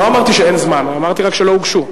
לא אמרתי שאין זמן, אמרתי רק שלא הוגשו.